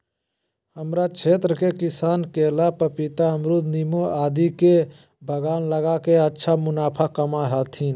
हमरा क्षेत्र के किसान केला, पपीता, अमरूद नींबू आदि के बागान लगा के अच्छा मुनाफा कमा हथीन